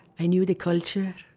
i knew the culture,